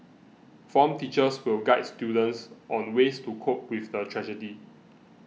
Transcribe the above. form teachers will guide students on ways to cope with the tragedy